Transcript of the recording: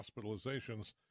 hospitalizations